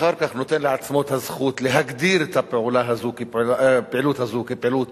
אחר כך נותן לעצמו את הזכות להגדיר את הפעילות הזאת כפעילות